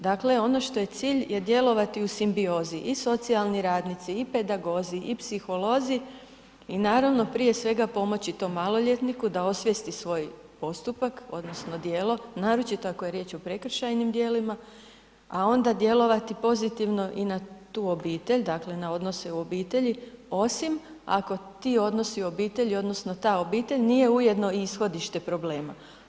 Dakle ono što je cilj je djelovati u simbiozi i socijalni radnici i pedagozi i psiholozi i naravno prije svega pomoći tom maloljetniku da osvijesti svoj postupak odnosno djelo naročito ako je riječ o prekršajnim djelima a onda djelovati pozitivno i na tu obitelj dakle na odnose u obitelji osim ako ti odnosi u obitelji odnosno ta obitelj nije ujedno i ishodište problema.